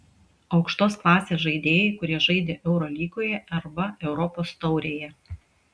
aukštos klasės žaidėjai kurie žaidė eurolygoje arba europos taurėje